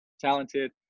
talented